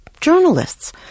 journalists